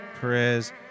Perez